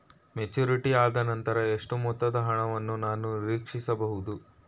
Maturity ಆದನಂತರ ಎಷ್ಟು ಮೊತ್ತದ ಹಣವನ್ನು ನಾನು ನೀರೀಕ್ಷಿಸ ಬಹುದು?